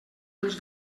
ulls